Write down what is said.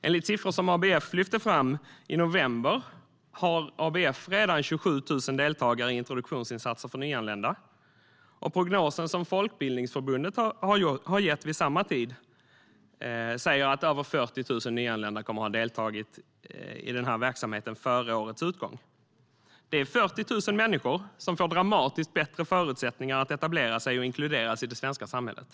Enligt siffror som man lyfte fram i november har ABF redan 27 000 deltagare i introduktionsinsatser för nyanlända. Prognosen som Folkbildningsförbundet gjorde vid samma tid var att över 40 000 nyanlända kommer att ha deltagit i den här verksamheten före årets utgång. Det är 40 000 människor som får dramatiskt bättre förutsättningar att etablera sig och inkluderas i det svenska samhället.